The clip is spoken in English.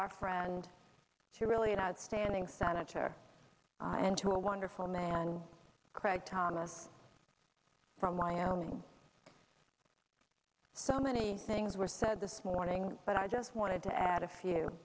our friend she really an outstanding senator into a wonderful man craig thomas from wyoming so many things were said this morning but i just wanted to add a few